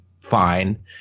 fine